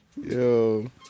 Yo